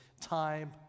time